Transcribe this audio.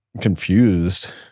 confused